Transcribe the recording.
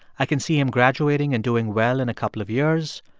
i can see him graduating and doing well in a couple of years,